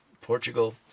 Portugal